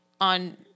on